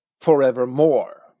forevermore